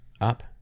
up